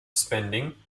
spending